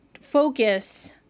focus